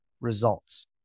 results